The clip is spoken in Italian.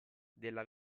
della